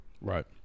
Right